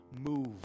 move